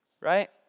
Right